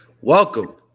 welcome